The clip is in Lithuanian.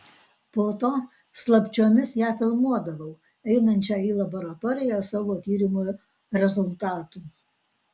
po to slapčiomis ją filmuodavau einančią į laboratoriją savo tyrimo rezultatų